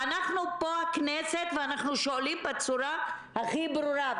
ואנחנו פה הכנסת, ואנחנו שאולים בצורה הכי ברורה.